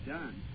done